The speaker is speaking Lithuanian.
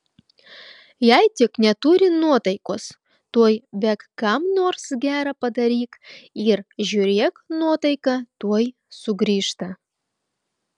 jei tik neturi nuotaikos tuoj bėk kam nors gera padaryk ir žiūrėk nuotaika tuoj sugrįžta